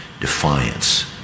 defiance